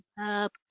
up